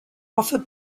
off